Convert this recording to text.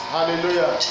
Hallelujah